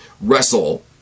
wrestle